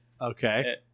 Okay